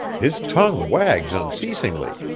his tongue wags unceasingly.